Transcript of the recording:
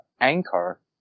Anchor